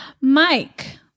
Mike